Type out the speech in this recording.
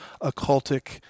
occultic